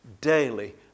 Daily